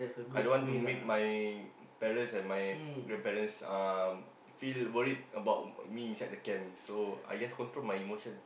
I don't want to make my parents and my grandparents um feel worried about me inside the camp so I just control my emotion